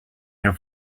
here